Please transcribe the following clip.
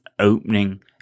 opening